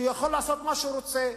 שיכול לעשות מה שהוא רוצה.